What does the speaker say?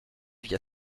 via